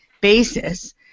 basis